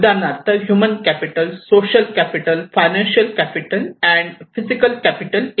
उदाहरणार्थ human capital social capital financial capital and physical capital